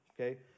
okay